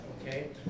okay